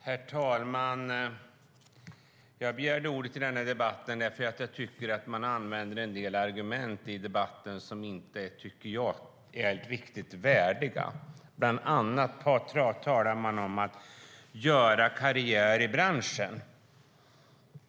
Herr talman! Jag begärde ordet i denna debatt då jag tyckte att man använde en del argument som inte är riktigt värdiga. Man talar bland annat om att göra karriär i branschen.